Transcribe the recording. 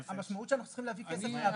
המשמעות היא שאנחנו צריכים להביא כסף מהבית.